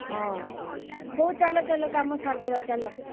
ହଁ ହଉ ଚାଲ ଚାଲ କାମ ସାରିଦେବା ଚାଲ